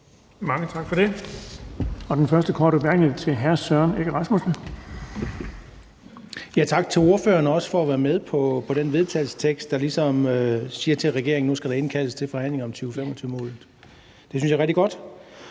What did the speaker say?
er til hr. Søren Egge Rasmussen. Kl. 19:33 Søren Egge Rasmussen (EL): Tak til ordføreren, også for at være med på den vedtagelsestekst, der ligesom siger til regeringen, at der nu skal indkaldes til forhandlinger om 2025-målet. Det synes jeg er rigtig godt.